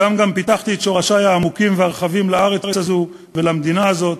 ושם גם פיתחתי את שורשי העמוקים והרחבים לארץ הזאת ולמדינה הזאת.